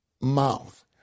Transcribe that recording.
mouth